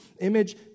image